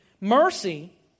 mercy